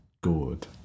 good